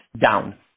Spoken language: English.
down